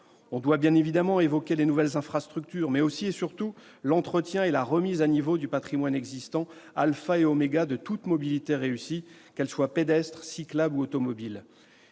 On doit évidemment évoquer les nouvelles infrastructures, mais aussi et surtout l'entretien et la remise à niveau du patrimoine existant, alpha et oméga de toute mobilité réussie, qu'elle soit pédestre, cyclable ou automobile.